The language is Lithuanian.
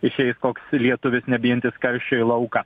išeis koks lietuvis nebijantis karščio į lauką